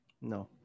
No